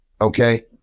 okay